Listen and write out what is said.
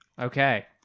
Okay